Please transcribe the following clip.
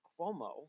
Cuomo